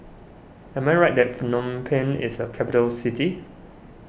am I right that Phnom Penh is a capital city